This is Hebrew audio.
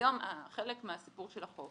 היום חלק מהסיפור של החוק,